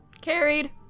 Carried